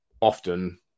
often